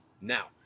Now